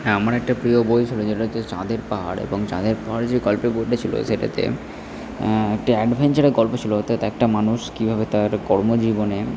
আমার একটা প্রিয় বই ছিলো যেটা হচ্ছে চাঁদের পাহাড় এবং চাঁদের পাহাড় যে গল্পের বইটা ছিলো সেটাতে একটা অ্যাডভেঞ্চারের গল্প ছিলো অর্থাৎ একটা মানুষ কীভাবে তার কর্মজীবনে